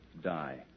die